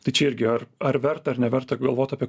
tai čia irgi ar ar verta ar neverta galvot apie